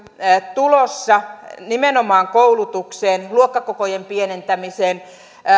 tulossa nimenomaan koulutukseen luokkakokojen pienentämiseen